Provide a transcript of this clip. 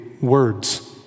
words